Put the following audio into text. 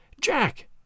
Jack